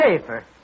safer